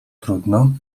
trudno